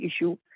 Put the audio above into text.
issue